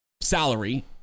salary